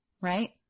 right